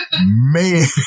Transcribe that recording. Man